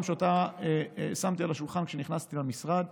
שאותה שמתי על השולחן כשנכנסתי למשרד: